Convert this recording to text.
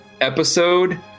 episode